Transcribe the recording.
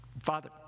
Father